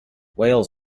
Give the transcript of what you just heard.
wales